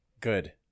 Good